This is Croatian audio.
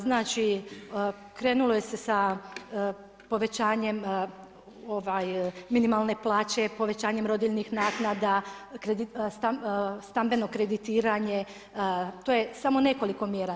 Znači, krenulo se sa povećanjem minimalne plaće, povećanjem rodiljnih naknada, stambeno kreditiranje, to je samo nekoliko mjera.